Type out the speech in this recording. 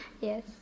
Yes